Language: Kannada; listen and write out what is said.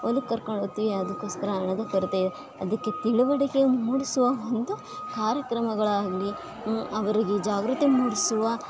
ಹೊಲಕ್ಕೆ ಕರ್ಕೊಂಡು ಹೋಯ್ತೀವಿ ಅದಕ್ಕೋಸ್ಕರ ಹಣದ ಕೊರತೆ ಅದಕ್ಕೆ ತಿಳುವಳಿಕೆ ಮೂಡಿಸುವ ಒಂದು ಕಾರ್ಯಕ್ರಮಗಳಾಗಲಿ ಅವರಿಗೆ ಜಾಗೃತಿ ಮೂಡಿಸುವ